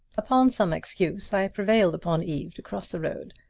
upon some excuse i prevailed upon eve to cross the road.